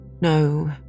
No